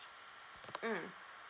mm